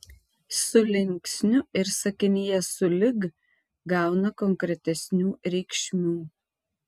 su linksniu ir sakinyje sulig gauna konkretesnių reikšmių